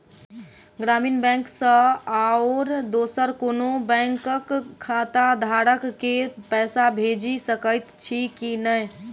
ग्रामीण बैंक सँ आओर दोसर कोनो बैंकक खाताधारक केँ पैसा भेजि सकैत छी की नै?